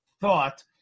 thought